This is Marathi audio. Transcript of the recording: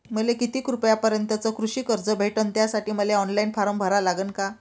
मले किती रूपयापर्यंतचं कृषी कर्ज भेटन, त्यासाठी मले ऑनलाईन फारम भरा लागन का?